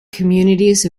communities